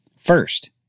First